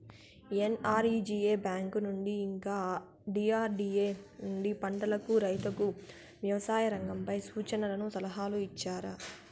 NREGA bank నుండి ఇంకా DRDA నుండి పంటలకు రైతుకు వ్యవసాయ రంగంపై సూచనలను సలహాలు ఇచ్చారా